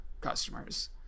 customers